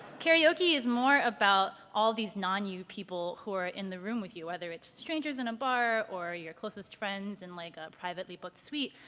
karaoke is more about all these non-you people who are in the room for you. whether it's strangers in a bar or your closest friends in like a privately booked suite,